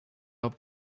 out